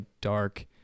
dark